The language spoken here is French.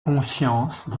conscience